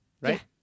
Right